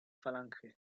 falange